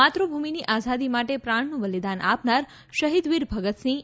માતૃભૂમિની આઝાદી માટે પ્રાણનું બલિદાન આપનાર શહીદવીર ભગતસિંહ